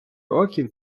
років